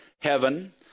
heaven